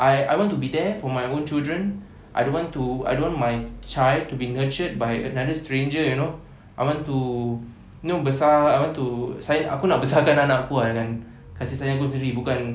I I want to be there for my own children I don't want to I don't want my child to be nurtured by another stranger you know I want to you know besar I want to saya aku nak besar kan anak aku dengan kasih sayang aku sendiri bukan